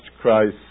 Christ